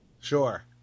Sure